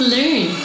Learn